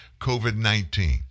COVID-19